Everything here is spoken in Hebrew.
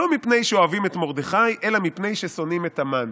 "לא מפני שאוהבין את מרדכי אלא מפני ששונאים את המן".